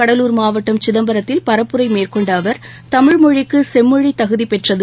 கடலூர் மாவட்டம் சிதம்பரத்தில் பரப்புரைமேற்கொண்டஅவர் தமிழ் மொழிக்குசெம்மொழிதகுதிபெற்றது